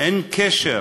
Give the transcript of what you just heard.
אין קשר